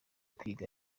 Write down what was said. kwiga